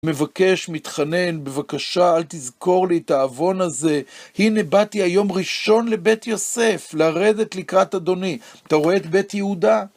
מבקש, מתחנן, בבקשה, אל תזכור לי את העוון הזה. הנה, באתי היום ראשון לבית יוסף, לרדת לקראת אדוני. אתה רואה את בית יהודה?